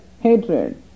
hatred